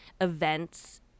events